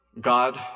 God